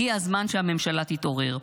הגיע הזמן שהממשלה תתעורר.